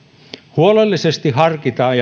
huolellisesti harkitaan